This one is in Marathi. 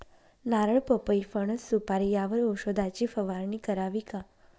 नारळ, पपई, फणस, सुपारी यावर औषधाची फवारणी करावी का?